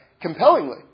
compellingly